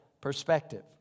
perspective